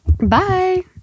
Bye